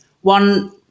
one